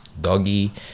Doggy